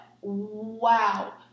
Wow